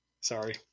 Sorry